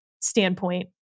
standpoint